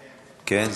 כן?